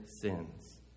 sins